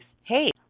hey